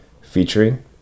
featuring